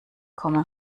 komme